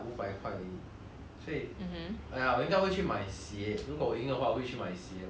!aiya! 我应该去买鞋如果赢的话我会去买鞋我会买 Adidas